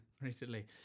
recently